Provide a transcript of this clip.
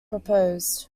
proposed